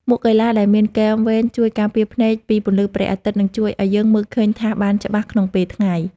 មួកកីឡាដែលមានគែមវែងជួយការពារភ្នែកពីពន្លឺព្រះអាទិត្យ និងជួយឱ្យយើងមើលឃើញថាសបានច្បាស់ក្នុងពេលថ្ងៃ។